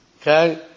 Okay